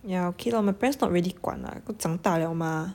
yeah okay lah my parents not really 管 lah 都长大 liao mah